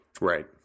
Right